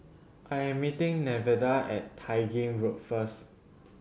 I am meeting Nevada at Tai Gin Road first